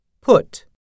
put